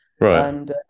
Right